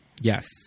Yes